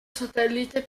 satellite